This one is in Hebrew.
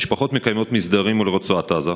המשפחות מקיימות מסדרים מול רצועת עזה,